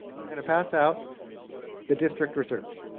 i'm going pass out the district reserves.